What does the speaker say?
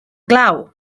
glaw